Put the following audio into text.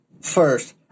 First